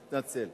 מתנצל.